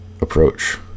approach